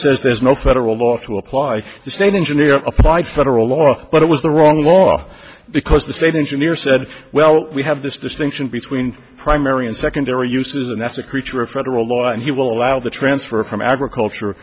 says there's no federal law to apply the state engineer applied federal law but it was the wrong law because the state engineer said well we have this distinction between primary and secondary uses and that's a creature of federal law and he will allow the transfer from agriculture